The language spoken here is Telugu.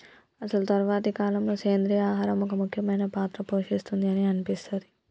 అసలు తరువాతి కాలంలో, సెంద్రీయ ఆహారం ఒక ముఖ్యమైన పాత్ర పోషిస్తుంది అని అనిపిస్తది